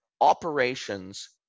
operations